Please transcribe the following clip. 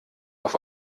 auf